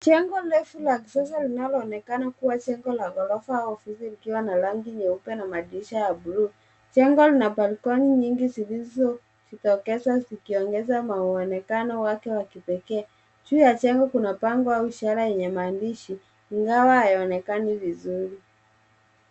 Jengo refu la kisasa linaloonekana kuwa jengo la ghorofa au ofisi likiwa na rangi nyeupe na madirisha ya buluu. Jengo lina balconi nyingi zilizojitokeza zikiongeza maonekano wake wa kipekee. Juu ya jengo kuna bango au shera yenye maandishi, ingawa hayaonekani vizuri.